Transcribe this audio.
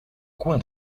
coin